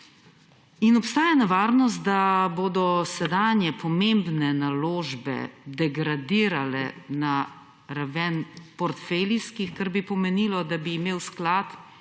In obstaja nevarnost, da bodo sedanje pomembne naložbe degradirale na raven portfelijskih, kar bi pomenilo, da bi imel sklad